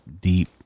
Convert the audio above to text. deep